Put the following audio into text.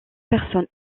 personne